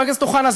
חבר הכנסת אוחנה?